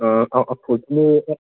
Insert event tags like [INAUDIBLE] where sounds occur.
[UNINTELLIGIBLE]